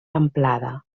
amplada